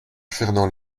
fernand